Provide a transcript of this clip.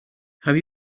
have